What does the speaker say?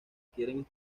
quieren